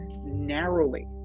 narrowly